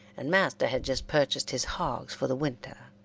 and master had just purchased his hogs for the winter,